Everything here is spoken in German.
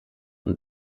und